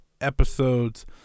episodes